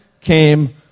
came